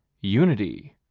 unity,